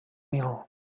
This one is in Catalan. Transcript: mil